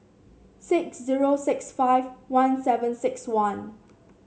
six zero six five one seven six one